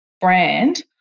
brand